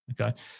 Okay